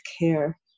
care